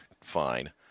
fine